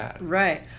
Right